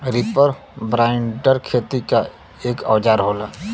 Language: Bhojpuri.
रीपर बाइंडर खेती क एक औजार होला